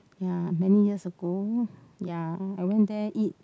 ya many years ago ya I went there eat